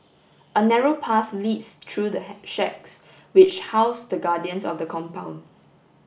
a narrow path leads through the shacks which house the guardians of the compound